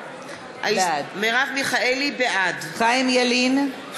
בעד חיים ילין,